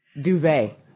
Duvet